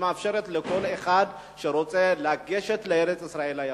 שמאפשרת לכל אחד שרוצה לגשת לארץ-ישראל היפה?